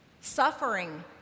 suffering